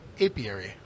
Apiary